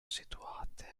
situate